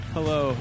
Hello